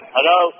Hello